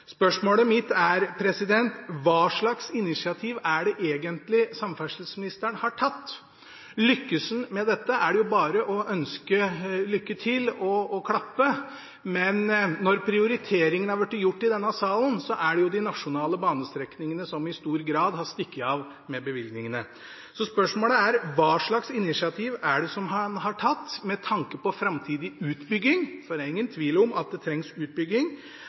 Spørsmålet mitt er: Hva slags initiativ er det egentlig samferdselsministeren har tatt? Lykkes han med dette, er det bare å ønske lykke til og klappe, men når prioriteringene har blitt gjort i denne salen, er det jo de nasjonale banestrekningene som i stor grad har stukket av med bevilgningene. Så spørsmålet er: Hva slags initiativ er det han har tatt med tanke på framtidig utbygging – for det er ingen tvil om at det trengs utbygging.